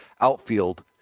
outfield